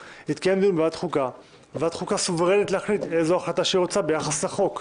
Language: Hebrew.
ועדת החוקה סוברנית להחליט איזו החלטה שהיא רוצה ביחס לחוק.